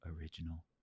original